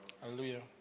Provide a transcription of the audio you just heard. Hallelujah